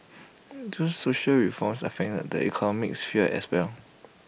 these social reforms affect the economic sphere as well